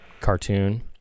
cartoon